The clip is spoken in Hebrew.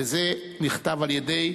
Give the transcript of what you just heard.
וזה נכתב על-ידי